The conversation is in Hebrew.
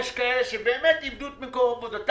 יש כאלה שבאמת איבדו את מקום עבודתם,